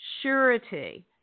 surety